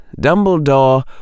Dumbledore